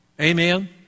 Amen